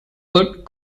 good